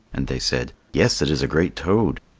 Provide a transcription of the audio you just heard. and they said, yes, it is a great toad.